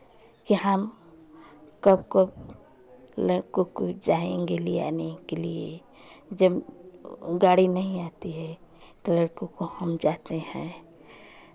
कि हम लैको को जाएंगे ले आने के लिए जब गाड़ी नहीं आती है तो लड़कों को हम जाते हैं